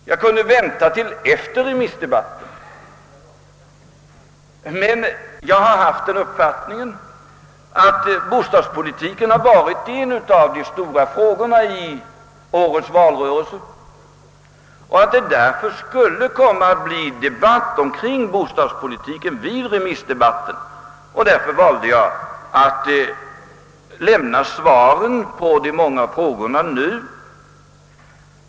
Jag kunde även vänta till efter remiss debatten. Jag har dock haft den uppfattningen att bostadspolitiken har varit en av de stora frågorna i årets valrörelse och att det därför skulle komma att uppstå debatt omkring bostadspolitiken under remissdebatten, och jag valde därför att nu lämna mina svar på de många interpellationerna.